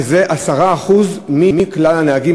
שזה 10% מכלל הנהגים,